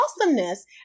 awesomeness